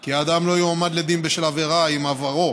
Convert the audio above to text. כי אדם לא יועמד לדין בשל עבירה אם עברו